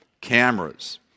cameras